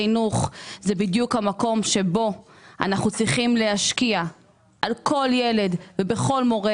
חינוך הוא בדיוק המקום שבו אנחנו צריכים להשקיע בכל ילד ובכל מורה